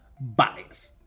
bias